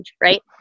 right